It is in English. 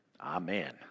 Amen